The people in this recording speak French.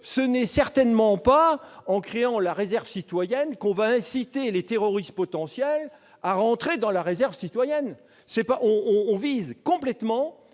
ce n'est certainement pas en créant une réserve citoyenne que l'on va inciter les terroristes potentiels à rentrer dans le droit chemin. On vise complètement